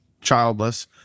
childless